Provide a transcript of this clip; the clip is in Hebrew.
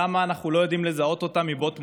למה אנחנו לא יודעים לזהות אותם מבעוד מועד,